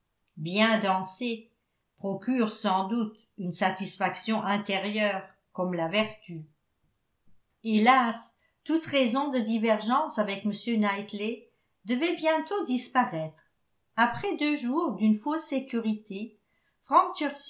bien danser procure sans doute une satisfaction intérieure comme la vertu hélas toute raison de divergence avec m knightley devait bientôt disparaître après deux jours d'une fausse sécurité